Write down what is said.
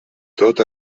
tot